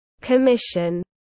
Commission